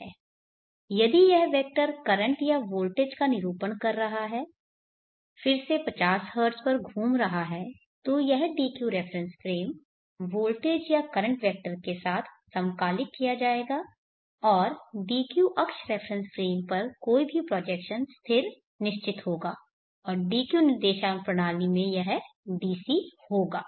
यदि यह vector current या वोल्टेज का निरूपण कर रहा है फिर से 50 हर्ट्ज पर घूम रहा है तो यह dq रेफरेन्स फ्रेम वोल्टेज या करंट वेक्टर के साथ समकालिक किया जाएगा और dq अक्ष रेफरेन्स फ्रेम पर कोई भी प्रोजेक्शन स्थिर निश्चित होगा और dq निर्देशांक प्रणाली में यह DC होगा